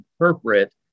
interpret